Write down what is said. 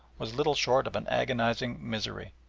was little short of an agonising misery.